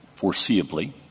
foreseeably